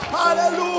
Hallelujah